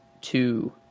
two